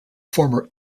former